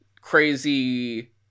crazy